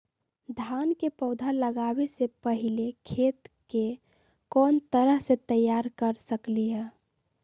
धान के पौधा लगाबे से पहिले खेत के कोन तरह से तैयार कर सकली ह?